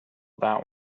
that